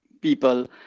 people